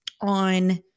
On